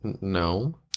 no